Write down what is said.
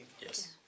Yes